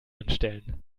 anstellen